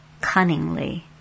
Cunningly